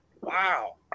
Wow